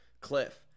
cliff